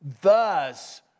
thus